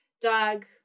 dog